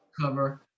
cover